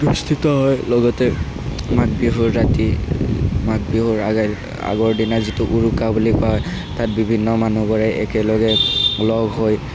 অনুষ্ঠিত হয় লগতে মাঘ বিহুৰ ৰাতি মাঘ বিহুৰ আগে আগৰ দিনা যিটো উৰুকা বুলি কয় তাত বিভিন্ন মানুহবোৰে একেলগে লগ হৈ